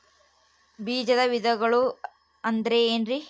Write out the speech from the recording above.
ಬೇಜದ ವಿಧಗಳು ಅಂದ್ರೆ ಏನ್ರಿ?